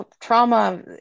trauma